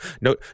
no